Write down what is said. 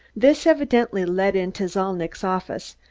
this evidently led into zalnitch's office,